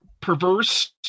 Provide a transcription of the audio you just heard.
perverse